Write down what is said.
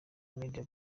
media